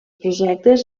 projectes